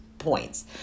points